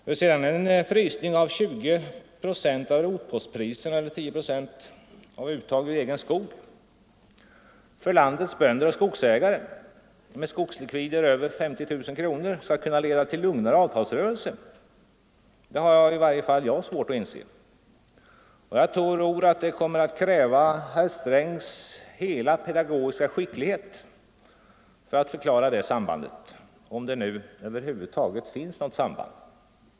Hur sedan en frysning av 20 procent av rotpostspriserna eller 10 procent av uttag ur egen skog för landets bönder och skogsägare med skogslikvider över 50 000 kronor skall kunna leda till en lugnare avtalsrörelse har i varje fall jag svårt att inse. Jag tror att det kommer att kräva herr Strängs hela pedagogiska skicklighet att förklara det sambandet —- om det nu över huvud taget finns något samband.